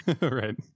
Right